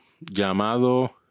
llamado